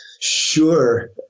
Sure